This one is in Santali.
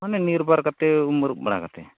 ᱢᱟᱱᱮ ᱱᱤᱨᱵᱷᱚᱨ ᱠᱟᱛᱮᱫ ᱩᱢᱼᱟᱹᱨᱩᱵ ᱵᱟᱲᱟ ᱠᱟᱛᱮᱫ